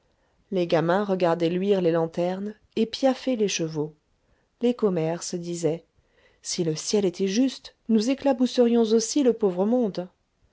les gamins regardaient luire les lanternes et piaffer les chevaux les commères se disaient si le ciel était juste nous éclabousserions aussi le pauvre monde